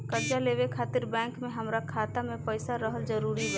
कर्जा लेवे खातिर बैंक मे हमरा खाता मे पईसा रहल जरूरी बा?